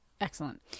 Excellent